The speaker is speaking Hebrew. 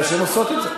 יפה שהן עושות את זה.